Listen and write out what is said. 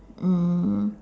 mm